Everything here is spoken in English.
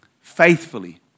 faithfully